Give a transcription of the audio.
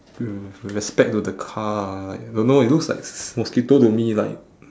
with with respect to the car ah like don't know it looks like s~ s~ mosquito to me like